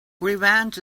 revenge